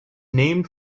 named